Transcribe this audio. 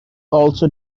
also